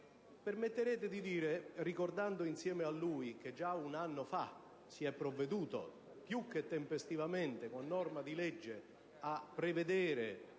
emergere. Ricordo insieme a lui che già un anno fa si è provveduto, più che tempestivamente, con norma di legge, a prevedere